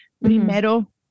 Primero